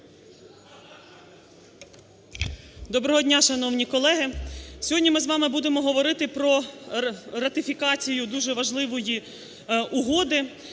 Доброго дня, шановні колеги. Сьогодні ми з вами будемо говорити про ратифікацію дуже важливої угоди,